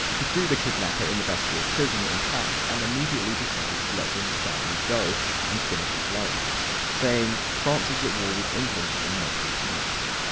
he threw the kidnapper in the bastille prison in paris. and immediately decided to let winstanley go and finish his lighthouse, saying france is at war with england, and not with humanity.